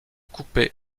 coupé